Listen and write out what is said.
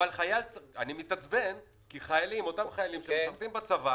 אני מתעצבן כי אותם חיילים שמשרתים בצבא